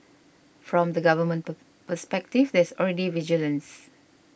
from the Government perspective there's already vigilance